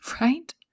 right